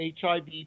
HIV